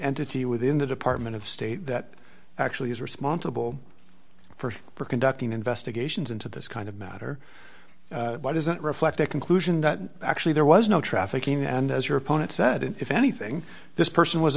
entity within the department of state that actually is responsible for conducting investigations into this kind of matter does it reflect a conclusion that actually there was no trafficking and as your opponent said if anything this person was